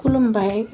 खुलुमबाय